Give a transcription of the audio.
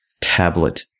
tablet